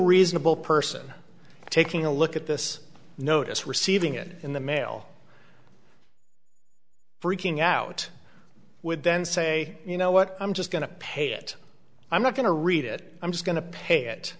reasonable person taking a look at this notice receiving it in the mail freaking out would then say you know what i'm just going to pay it i'm not going to read it i'm just going to pay it